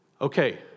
okay